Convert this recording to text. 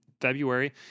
February